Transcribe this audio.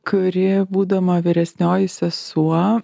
kuri būdama vyresnioji sesuo